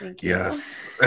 Yes